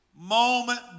Moment